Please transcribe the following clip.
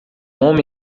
homem